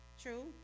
true